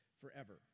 forever